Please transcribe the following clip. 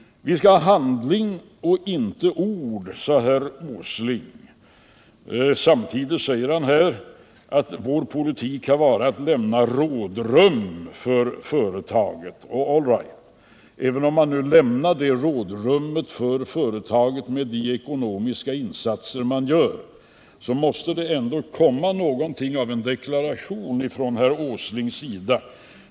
Vi skall ha handling och inte ord, säger herr Åsling. Men han säger också att regeringens politik går ut på att lämna rådrum för företagen. All right, men även om man lämnar det rådrummet för företagen genom ekonomiska insatser, måste det ändå komma en deklaration från herr Åsling.